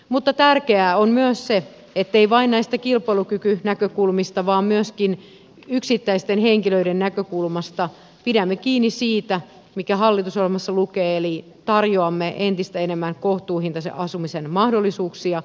mutta tärkeää on myös se ettei vain näistä kilpailukykynäkökulmista vaan myöskin yksittäisten henkilöiden näkökulmasta pidämme kiinni siitä mikä hallitusohjelmassa lukee eli tarjoamme entistä enemmän kohtuuhintaisen asumisen mahdollisuuksia